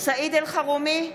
סעיד אלחרומי,